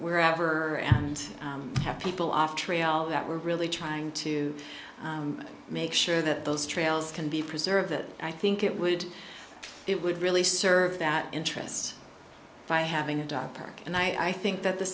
wherever i am and have people off trail that we're really trying to make sure that those trails can be preserved that i think it would it would really serve that interest by having a dog park and i think that the